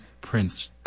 Prince